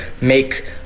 make